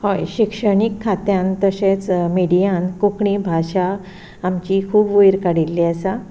हय शिक्षणीक खात्यान तशेंच मिडियान कोंकणी भाशा आमची खूब वयर काडिल्ली आसा